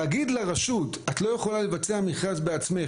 להגיד לרשות "את לא יכולה לבצע מכרז בעצמך,